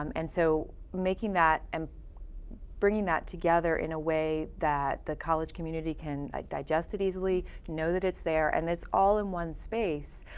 um and so making that, um bringing that together in a way that the college community can ah digest it easily, know that its there, and that it's all in one space